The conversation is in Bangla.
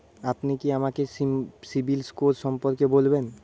আপনি কি আমাকে সিবিল স্কোর সম্পর্কে বলবেন?